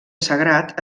sagrat